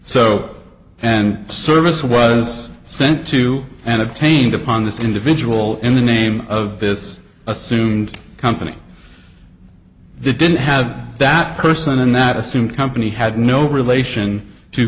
so and service was sent to and obtained upon this individual in the name of this assumed company they didn't have that person in that assumed company had no relation to